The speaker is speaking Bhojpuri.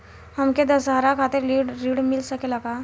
हमके दशहारा खातिर ऋण मिल सकेला का?